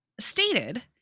stated